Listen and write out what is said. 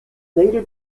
later